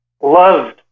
loved